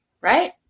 Right